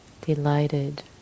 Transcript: delighted